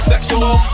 Sexual